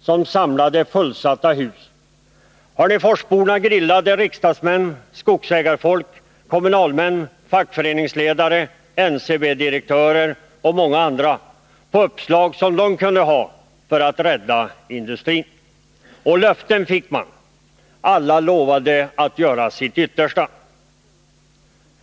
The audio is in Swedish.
som samlade fullsatta hus. Hörneforsborna grillade riksdagsmän, skogsägarfolk, kommunalmän, fackföreningsledare, NCB-direktörer och många andra och avkrävde dem uppslag för att rädda industrin. Och löften fick man. Alla lovade göra sitt yttersta.